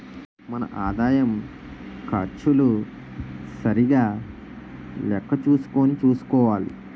మన ఆదాయం ఖర్చులు సరిగా లెక్క చూసుకుని చూసుకోవాలి